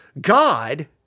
God